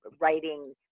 writing